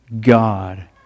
God